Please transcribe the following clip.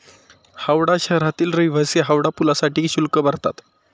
हावडा शहरातील रहिवासी हावडा पुलासाठी शुल्क भरतात